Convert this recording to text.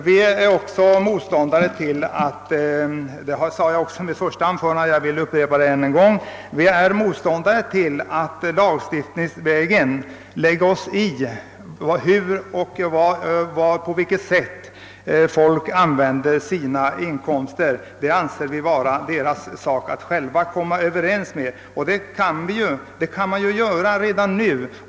Vi är också motståndare till att lagstiftningsvägen lägga oss i på vilket sätt folk använder sina inkomster; det bör de själva få avgöra. Jag sade detta i mitt första anförande och upprepar det nu.